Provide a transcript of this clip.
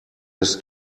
his